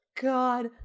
God